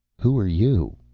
who are you?